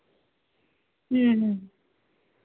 ਹਮ ਹਮ